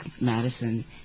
Madison